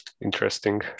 interesting